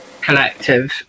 Collective